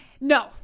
No